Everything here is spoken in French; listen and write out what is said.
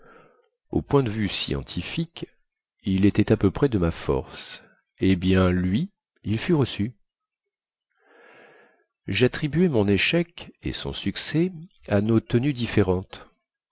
au point de vue scientifique il était à peu près de ma force eh bien lui il fut reçu jattribuai mon échec et son succès à nos tenues différentes